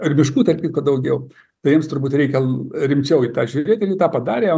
ir miškų tarp kitko daugiau tai jiems turbūt reikia rimčiau į tą žiūrėti jie tą padarė